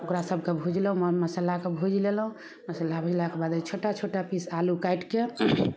ओकरा सबके भुजलहुॅं मर मसल्लाके भुजि लेलहुॅं मसल्ला भुजलाक बाद छोटा छोटा पीस आलू काटिके